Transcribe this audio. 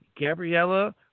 Gabriella